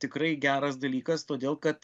tikrai geras dalykas todėl kad